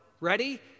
ready